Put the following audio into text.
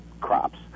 crops